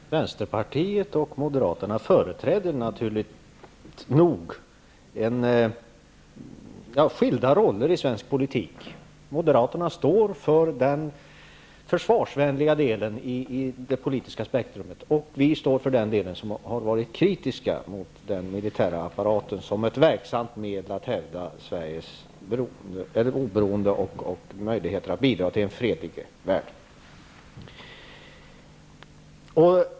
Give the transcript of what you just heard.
Herr talman! Vänsterpartiet och Moderaterna företräder naturligt nog skilda roller i svensk politik. Moderaterna står för den försvarsvänliga delen i det politiska spektrumet och vi står för den del som har varit kritisk mot den militära apparaten som ett verksamt medel att hävda Sveriges oberoende och möjlighet att bidra till en fredlig värld.